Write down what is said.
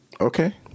Okay